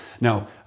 Now